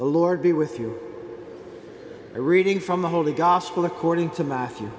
the lord be with you reading from the holy gospel according to matthew